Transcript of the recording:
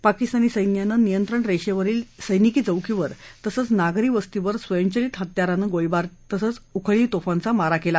पाकिस्तानी सैन्यानं नियंत्रण रेषेजवळील सैनिकी चौकीवर तसंच नागरी वस्तीवर स्वयंचलित हत्यारानं गोळीबार तसंच उखळी तोफांचा मारा केला